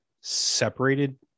separated